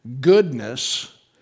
goodness